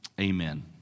amen